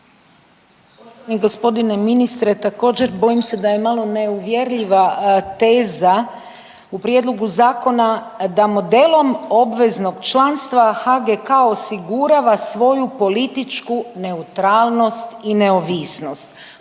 Poštovani g. ministre također bojim se da je malo neuvjerljiva teza u prijedlogu zakona da modelom obveznog članstva HGK osigurava svoju političku neutralnost i neovisnost.